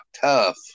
tough